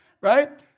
right